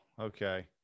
okay